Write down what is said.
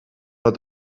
het